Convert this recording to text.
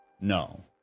No